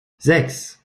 sechs